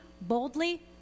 boldly